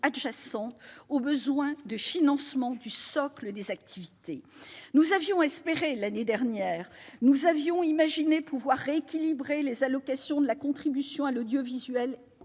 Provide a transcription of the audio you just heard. adjacente au besoin de financement du socle des activités. Nous avions fondé des espoirs, l'année dernière, en imaginant rééquilibrer les allocations de la contribution à l'audiovisuel